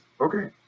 Okay